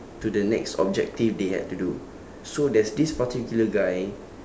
to the next objective they had to do so there's this particular guy